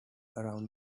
around